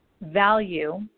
value